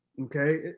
Okay